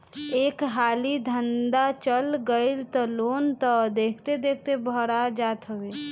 एक हाली धंधा चल गईल तअ लोन तअ देखते देखत भरा जात हवे